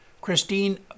Christine